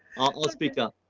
i'll speak up.